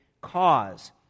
cause